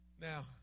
Now